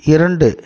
இரண்டு